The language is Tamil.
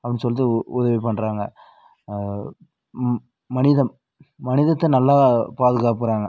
அப்படின்னு சொல்லிட்டு உ உதவி பண்ணுறாங்க மனிதம் மனிதத்தை நல்லா பாதுகாப்புறாங்க